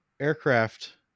aircraft